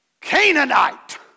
Canaanite